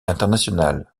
international